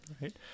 right